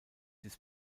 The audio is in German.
dies